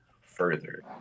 further